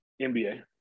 NBA